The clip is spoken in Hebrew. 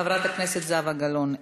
חברת הכנסת זהבה גלאון,